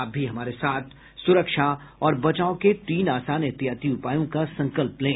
आप भी हमारे साथ सुरक्षा और बचाव के तीन आसान एहतियाती उपायों का संकल्प लें